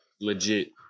legit